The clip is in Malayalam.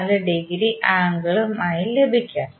34 ഡിഗ്രി ആംഗിൾ ഉം ആയി ലഭിക്കും